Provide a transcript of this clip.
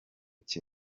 cya